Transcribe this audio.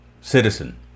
citizen